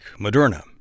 Moderna